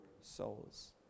souls